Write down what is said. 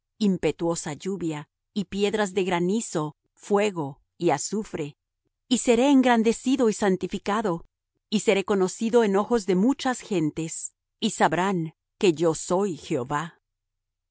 impetuosa lluvia y piedras de granizo fuego y azufre y seré engrandecido y santificado y seré conocido en ojos de muchas gentes y sabrán que yo soy jehová tu